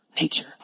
Nature